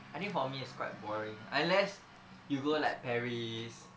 I think for me is quite boring unless you go like paris